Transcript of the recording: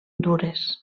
dures